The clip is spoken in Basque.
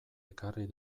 ekarri